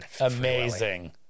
Amazing